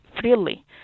freely